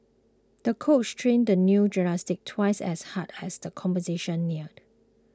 the coach trained the young gymnast twice as hard as the competition neared